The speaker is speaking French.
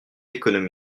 d’économie